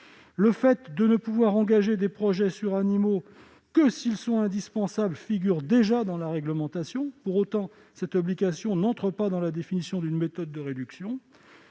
Le fait de ne pouvoir engager des projets sur animaux que s'ils sont indispensables figure déjà dans la réglementation. Pour autant, cette obligation n'entre pas dans la définition d'une méthode de réduction.